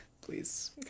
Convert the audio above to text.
please